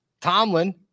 Tomlin